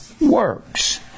works